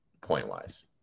point-wise